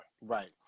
Right